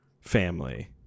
family